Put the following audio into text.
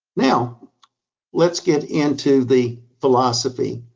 now let's get into the philosophy.